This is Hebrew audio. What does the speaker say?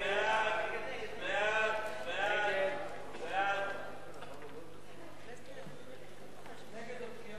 סעיף 1, כהצעת הוועדה, נתקבל.